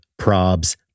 Probs